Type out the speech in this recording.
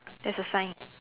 there's a sign